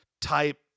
type